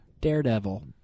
Daredevil